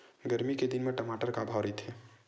गरमी के दिन म टमाटर का भाव रहिथे?